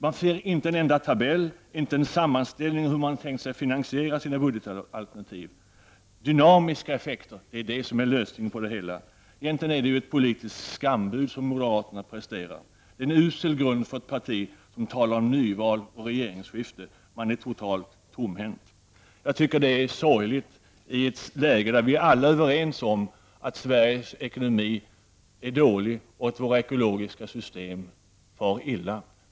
Man ser inte till en enda tabell, inte en sammanställning över hur de har tänkt sig finansiera sina budgetalternativ. Dynamiska effekter är det som är lösningen på det hela. Egentligen är det ett politiskt skambud som moderaterna presenterar. Det är en usel grund för ett parti som talar om nyval och regeringsskifte. Man är totalt tomhänt. Jag tycker det är sorgligt, i ett läge där vi alla är överens om att Sveriges ekonomi är dålig och att våra ekologiska system far illa.